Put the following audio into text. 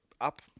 up